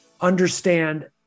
understand